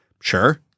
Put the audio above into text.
Sure